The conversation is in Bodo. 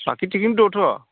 बाकि थिगैनो दं थ'